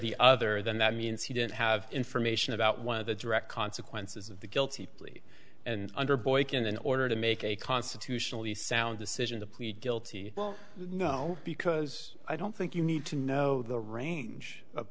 the other than that means he didn't have information about one of the direct consequences of the guilty plea and under boykin in order to make a constitutionally sound decision to plead guilty well no because i don't think you need to know the range of